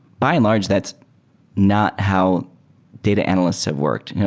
by and large, that's not how data analysts have worked.